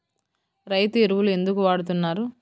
రైతు ఎరువులు ఎందుకు వాడుతున్నారు?